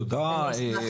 תודה.